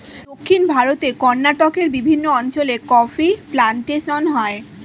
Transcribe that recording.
দক্ষিণ ভারতে কর্ণাটকের বিভিন্ন অঞ্চলে কফি প্লান্টেশন হয়